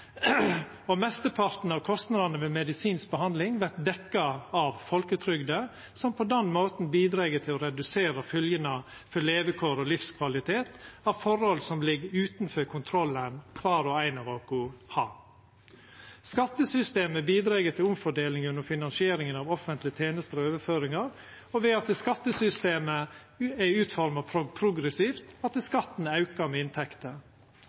pensjon. Mesteparten av kostnadene ved medisinsk behandling vert dekte av folketrygda, som på den måten bidreg til å redusera følgjene for levekår og livskvalitet av forhold som ligg utanfor kontrollen kvar og ein av oss har. Skattesystemet bidreg til omfordeling gjennom finansieringa av offentlege tenester og overføringar og ved at skattesystemet er utforma progressivt, dvs. at skatten aukar med